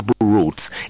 roads